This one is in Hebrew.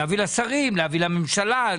להביא לשרים, לממשלה?